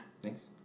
Thanks